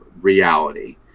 reality